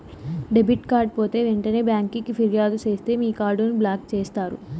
debit card పోతే ఎంటనే బ్యాంకికి ఫిర్యాదు సేస్తే మీ కార్డుని బ్లాక్ చేస్తారు